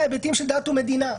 והיבטים של דת ומדינה,